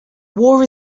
war